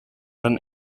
then